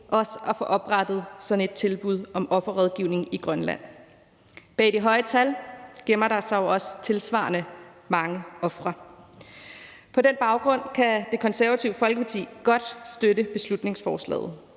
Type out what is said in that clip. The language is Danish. også at få oprettet sådan et tilbud om offerrådgivning i Grønland. Bag de høje tal gemmer der sig jo også tilsvarende mange ofre. På den baggrund kan Det Konservative Folkeparti godt støtte beslutningsforslaget.